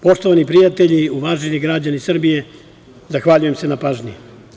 Poštovani prijatelji, uvaženi građani Srbije, zahvaljujem se na pažnji.